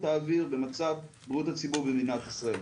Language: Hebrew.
האוויר ומצב בריאות הציבור במדינת ישראל.